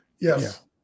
Yes